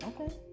Okay